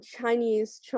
Chinese